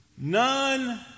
none